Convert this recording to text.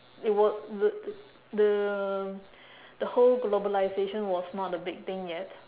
it would the the the whole globalisation was not a big thing yet